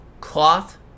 cloth